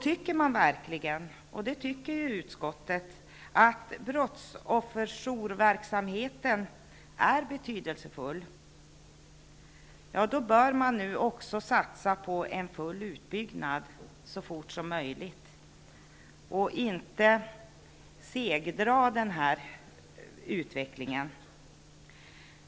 Tycker man verkligen -- och det gör ju utskottet -- att brottsofferjourverksamheten är betydelsefull bör man nu också satsa på full utbyggnad så fort som möjligt och inte segdra den här utvecklingen.